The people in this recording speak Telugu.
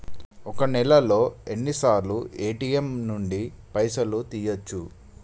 ఒక్క నెలలో ఎన్నిసార్లు ఏ.టి.ఎమ్ నుండి పైసలు తీయచ్చు?